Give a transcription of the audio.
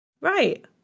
right